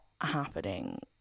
happening